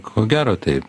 ko gero taip